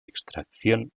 extracción